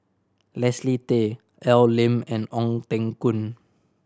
Leslie Tay Al Lim and Ong Teng Koon